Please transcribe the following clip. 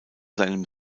seinem